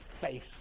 face